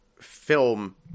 film